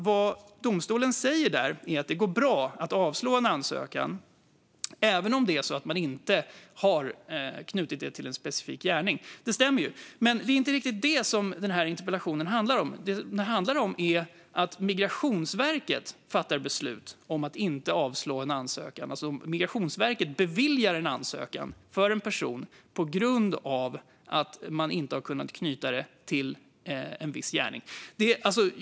Vad domstolen säger är att det går bra att avslå en ansökan även om man inte har knutit den sökande till en specifik gärning. Det stämmer. Men det är inte riktigt det som den här interpellationen handlar om. Vad den handlar om är att Migrationsverket fattar beslut om att inte avslå en ansökan. Migrationsverket beviljar en ansökan för en person på grund av att man inte har kunnat knyta personen till en viss gärning.